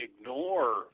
ignore